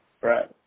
Right